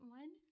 one